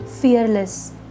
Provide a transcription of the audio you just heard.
fearless